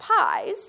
pies